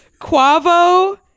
Quavo